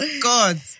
God